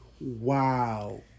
wow